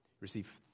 receive